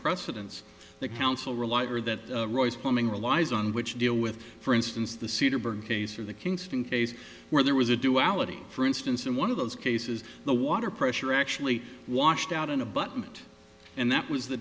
precedence the council relied or that royce plumbing relies on which deal with for instance the cedarburg case or the kingston case where there was a duality for instance in one of those cases the water pressure actually washed out in abutment and that was the